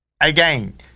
Again